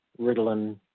Ritalin